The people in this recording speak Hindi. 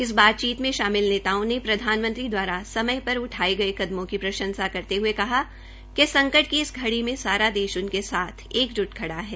इस बातचीत में शामिल नेताओं ने प्रधानमंत्री दवारा सयम पर उठाये गये कदमों की प्रंशसा करते हये कहा कि संकट की घड़ी में सारा देश उनके साथ एकजुट खड़ा है